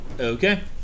Okay